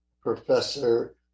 Professor